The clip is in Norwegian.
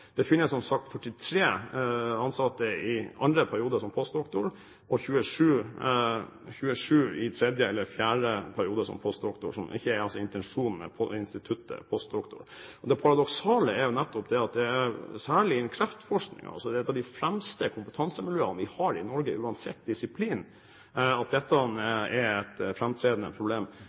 43 ansatte som er i sin andre periode som postdoktor, og 27 er i sin tredje eller fjerde periode som postdoktor, som altså ikke er intensjonen med instituttet postdoktor. Det paradoksale er at det er særlig innen kreftforskningen – et av de fremste kompetansemiljøene vi har i Norge, uansett disiplin – at dette er et framtredende problem.